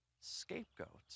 scapegoat